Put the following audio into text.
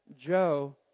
Joe